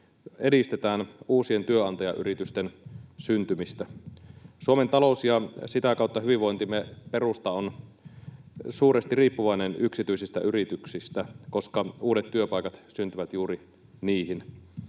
edistetään uusien työnantajayritysten syntymistä. Suomen talous — ja sitä kautta hyvinvointimme perusta — on suuresti riippuvainen yksityisistä yrityksistä, koska uudet työpaikat syntyvät juuri niihin.